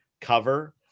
cover